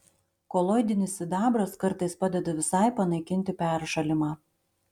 koloidinis sidabras kartais padeda visai panaikinti peršalimą